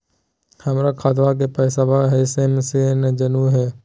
हमर खतवा के पैसवा एस.एम.एस स केना जानहु हो?